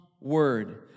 word